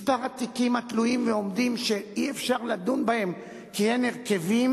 מספר התיקים התלויים ועומדים שאי-אפשר לדון בהם כי אין הרכבים